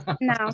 no